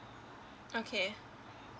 okay